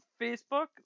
Facebook